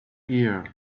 here